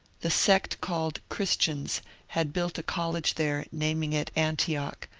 the sect called christians' had built a college there, naming it antioch,